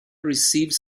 received